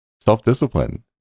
self-discipline